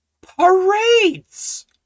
parades